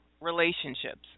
relationships